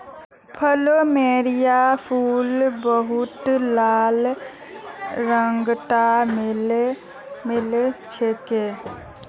plumeria फूल बहुतला रंगत मिल छेक